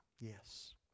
yes